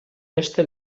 beste